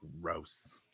gross